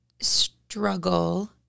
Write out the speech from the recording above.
struggle